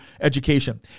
education